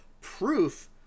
proof